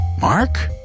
Mark